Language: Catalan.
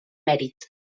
mèrit